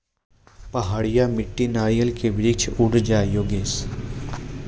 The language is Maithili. पहाड़िया मिट्टी नारियल के वृक्ष उड़ जाय योगेश?